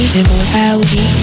immortality